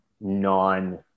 non